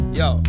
yo